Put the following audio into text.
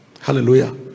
Hallelujah